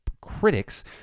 critics